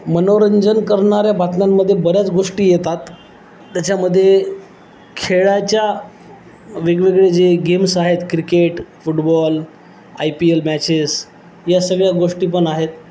मनोरंजन करणाऱ्या बातम्यांमध्ये बऱ्याच गोष्टी येतात त्याच्यामध्ये खेळाच्या वेगवेगळे जे गेम्स आहेत cricket football I P L matches या सगळ्या गोष्टीपण आहेत